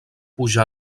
pujar